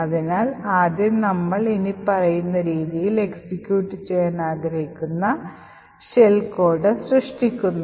അതിനാൽ ആദ്യം നമ്മൾ ഇനിപ്പറയുന്ന രീതിയിൽ എക്സിക്യൂട്ട് ചെയ്യാൻ ആഗ്രഹിക്കുന്ന ഷെൽ കോഡ് സൃഷ്ടിക്കുന്നു